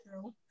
true